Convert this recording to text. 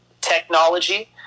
technology